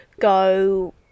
go